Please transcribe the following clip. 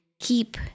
keep